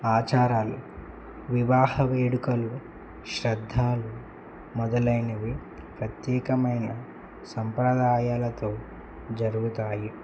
ఆచారాలు వివాహ వేడుకలు శ్రద్ధలు మొదలైనవి ప్రత్యేకమైన సంప్రదాయాలతో జరుగుతాయి